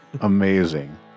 Amazing